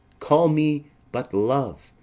call me but love,